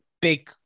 big